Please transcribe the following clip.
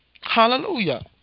Hallelujah